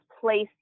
placed